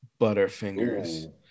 Butterfingers